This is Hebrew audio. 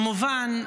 ברור לנו, כמובן,